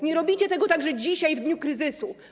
Nie robicie tego także dzisiaj, w dniu kryzysu.